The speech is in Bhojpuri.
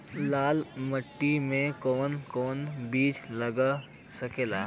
लाल मिट्टी में कौन कौन बीज लग सकेला?